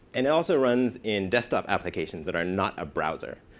and it also runs in desktop applications that are not a browser.